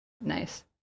Nice